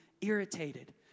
irritated